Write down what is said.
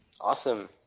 Awesome